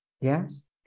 Yes